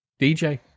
DJ